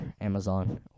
Amazon